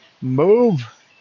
move